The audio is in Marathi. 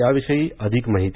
याविषयी अधिक माहिती